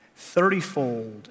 thirtyfold